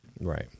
Right